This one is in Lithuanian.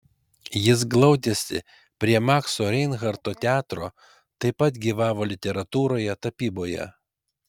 jis glaudėsi prie makso reinharto teatro taip pat gyvavo literatūroje tapyboje